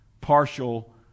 partial